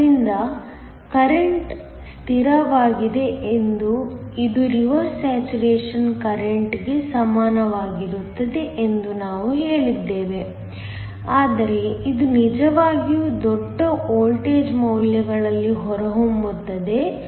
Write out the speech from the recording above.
ಆದ್ದರಿಂದ ಕರೆಂಟ್ ಸ್ಥಿರವಾಗಿದೆ ಇದು ರಿವರ್ಸ್ ಸ್ಯಾಚುರೇಶನ್ ಕರೆಂಟ್ಗೆ ಸಮಾನವಾಗಿರುತ್ತದೆ ಎಂದು ನಾವು ಹೇಳಿದ್ದೇವೆ ಆದರೆ ಇದು ನಿಜವಾಗಿಯೂ ದೊಡ್ಡ ವೋಲ್ಟೇಜ್ ಮೌಲ್ಯಗಳಲ್ಲಿ ಹೊರಹೊಮ್ಮುತ್ತದೆ